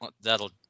that'll